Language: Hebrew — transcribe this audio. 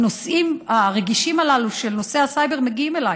והנושאים הרגישים הללו של הסייבר מגיעים אליי.